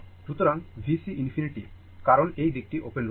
সুতরাং VC ∞ কারণ এই দিকটি ওপেন রয়েছে